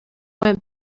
went